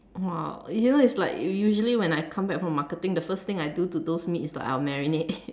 !wow! you know it's like u~ usually when I come back from marketing the first thing I do to those meat is like I will marinade